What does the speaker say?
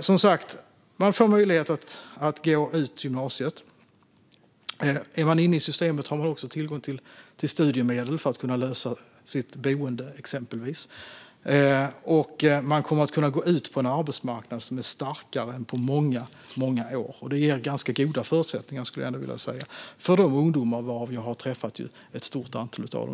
Som sagt: Man får möjlighet att gå ut gymnasiet. Är man inne i systemet har man också tillgång till studiemedel för att exempelvis kunna lösa sitt boende, och man kommer att kunna gå ut på en arbetsmarknad som är starkare än på många, många år. Det ger ganska goda förutsättningar, skulle jag vilja säga, för dessa ungdomar. Jag har träffat ett stort antal av dem.